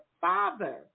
Father